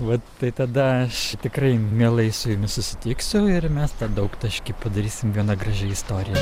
vat tai tada aš tikrai mielai su jumis susitiksiu ir mes tą daugtaškį padarysim viena gražia istorija